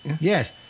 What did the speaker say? Yes